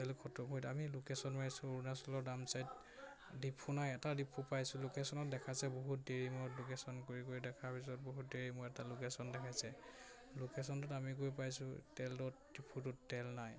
তেল খটম আমি লোকেশ্যন মাৰিছোঁ অৰুণাচলৰ নাম চাইত ডিপু নাই এটা ডিপু পাইছোঁ লোকেশ্যনত দেখাইছে বহুত দেৰি মূৰত লোকেশ্যন কৰি কৰি দেখাৰ পিছত বহুত দেৰি মূৰত এটা লোকেশ্যন দেখাইছে লোকেশ্যনটোত আমি গৈ পাইছোঁ তেলটোত ডিপুটোত তেল নাই